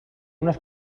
unes